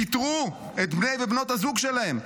פיטרו את בני ובנות הזוג שלהם.